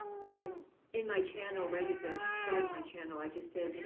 but in my channel right at the the start of my channel i just said, you know